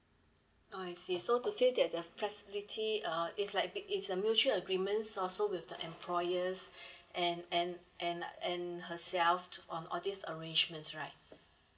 oh I see so to say that the flexibility uh is like is a mutual agreement also with the employers and and and like and herself to on all these arrangements right